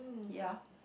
ya